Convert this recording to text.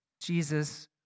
Jesus